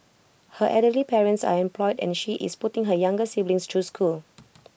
her elderly parents are unemployed and she is putting her younger siblings choose school